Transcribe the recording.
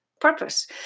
purpose